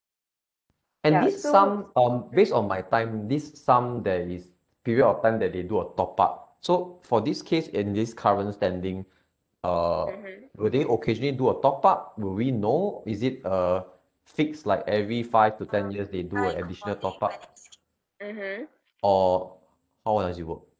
and this sum um based on my time this sum there is period of time that they do a top up so for this case in this current standing err will they occasionally do a top up will we know is it err fixed like every five to ten years they do a additional top up or how does it work